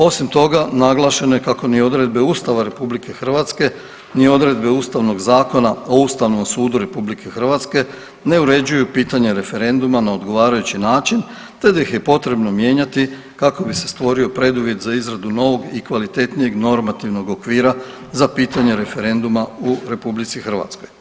Osim toga, naglašeno je kako ni odredbe Ustava RH ni odredbe Ustavnog zakona o Ustavnom sudu RH ne uređuju pitanje referenduma na odgovarajući način, te da ih je potrebno mijenjati kako bi se stvorio preduvjet za izradu novog i kvalitetnijeg normativnog okvira za pitanje referenduma u Republici Hrvatskoj.